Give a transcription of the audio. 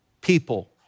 People